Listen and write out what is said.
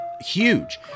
huge